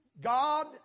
God